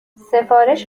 سفارش